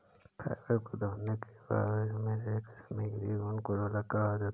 fibre को धोने के बाद इसमे से कश्मीरी ऊन को अलग करा जाता है